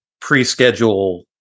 pre-schedule